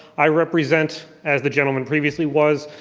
i represent, as the gentleman previously was,